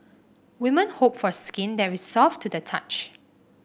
women hope for skin that is soft to the touch